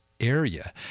area